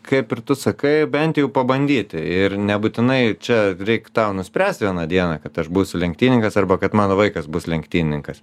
kaip ir tu sakai bent jau pabandyti ir nebūtinai čia reik tau nuspręst vieną dieną kad aš būsiu lenktynininkas arba kad mano vaikas bus lenktynininkas